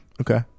Okay